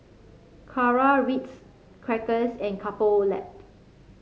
Kara Ritz Crackers and Couple Lab